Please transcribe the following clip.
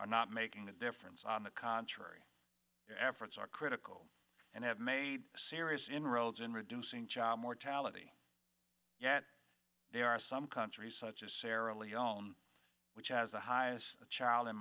are not making a difference on the contrary efforts are critical and have made serious inroads in reducing child mortality yet there are some countries such as sara lee own which has the highest child and